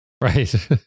Right